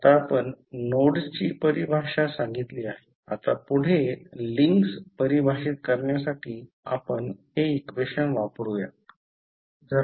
आता आपण नोडस्ची परिभाषा सांगितली आहे आता पुढे लिंक्स परिभाषित करण्यासाठीआपण हे इक्वेशन वापरूयात